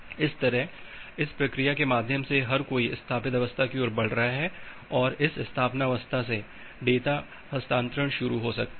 इस तरह इस प्रक्रिया के माध्यम से हर कोई स्थापित अवस्था की ओर बढ़ रहा है और इस स्थापना अवस्था से डेटा हस्तांतरण शुरू हो सकता है